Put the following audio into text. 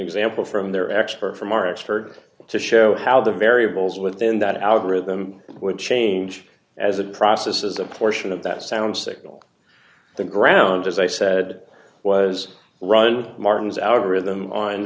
example from their expert from our expert to show how the variables within that algorithm would change as a process as a portion of that sound signal the ground as i said was run martin's out of rhythm on